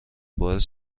باعث